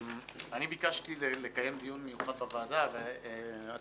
אני ביקשתי לקיים דיון מיוחד בוועדה ואת